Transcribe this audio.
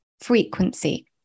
frequency